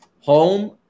home